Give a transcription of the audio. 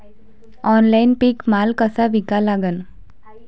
Online पीक माल कसा विका लागन?